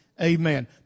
Amen